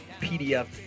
PDF